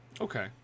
Okay